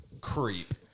Creep